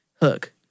hook